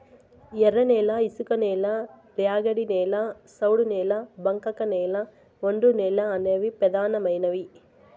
ఎర్రనేల, ఇసుకనేల, ర్యాగిడి నేల, సౌడు నేల, బంకకనేల, ఒండ్రునేల అనేవి పెదానమైనవి